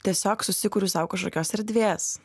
tiesiog susikuriu sau kažkokios erdvės